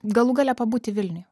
galų gale pabūti vilniuj